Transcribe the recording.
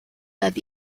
that